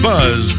Buzz